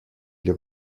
для